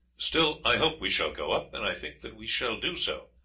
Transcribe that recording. still, i hope we shall go up and i think that we shall do so,